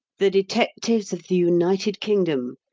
the detectives of the united kingdom,